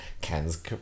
Ken's